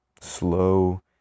slow